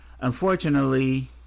Unfortunately